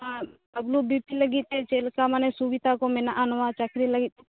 W ᱵᱤ ᱞᱤ ᱞᱟ ᱜᱤᱫ ᱛᱮ ᱪᱮᱞᱮᱠᱟ ᱢᱟᱱᱮ ᱥᱩᱵᱤᱫᱷᱟ ᱠᱚ ᱢᱮᱱᱟᱜᱼᱟ ᱱᱚᱣᱟ ᱪᱟ ᱠᱨᱤ ᱞᱟ ᱜᱤᱫ